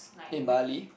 in Bali